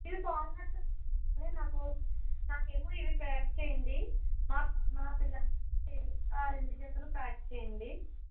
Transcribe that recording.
ఇవి బాగునట్టు ఉన్నాయి నాకు నాకేమో ఇవి ప్యాక్ చేయండి మా మా పిల్లలకి ఆ రెండు జతలు ప్యాక్ చెయ్యండి